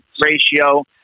ratio